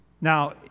Now